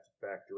factor